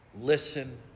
Listen